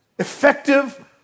effective